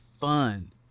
fun